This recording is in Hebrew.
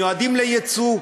מיועדים לייצוא,